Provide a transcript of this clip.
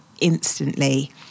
instantly